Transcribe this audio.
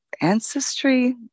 ancestry